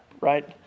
Right